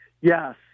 Yes